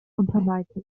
unvermeidlich